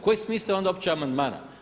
Koji je smisao onda uopće amandmana?